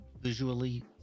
visually